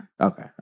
okay